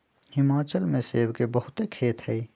हिमाचल में सेब के बहुते खेत हई